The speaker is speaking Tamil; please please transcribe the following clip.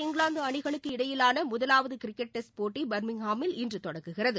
இங்கிலாந்துஅணிகளுக்கு இடையிலானமுதலாவதுகிரிக்கெட் டெஸ்ட் இந்திய போட்டிபர்மிங்ஹாமில் இன்றுதொடங்குகிறது